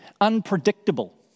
unpredictable